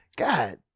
God